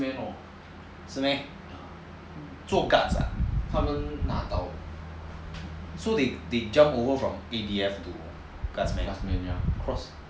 是 meh so they jump over from A_D_F to guards men ah